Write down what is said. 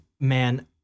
man